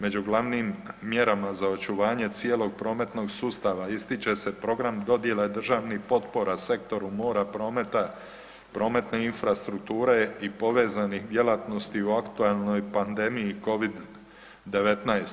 Među glavnim mjerama za očuvanje cijelog prometnog sustava ističe se program dodjele državnih potpora sektoru mora, prometa, prometne infrastrukture i povezanih djelatnosti u aktualnoj pandemiji covid-19.